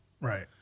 right